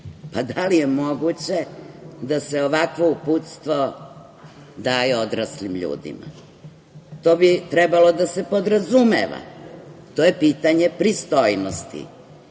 Pa, da li je moguće da se ovakvo uputstvo daje odraslim ljudima? To bi trebalo da se podrazumeva. To je pitanje pristojnosti. Kultura